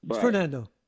Fernando